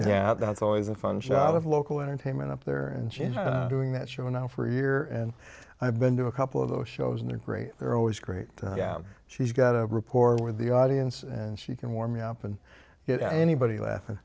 yeah that's always a fun job of local entertainment up there and she's doing that show now for a year and i've been to a couple of those shows and they're great they're always great she's got a reporter with the audience and she can warm me up and get anybody laughing